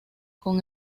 con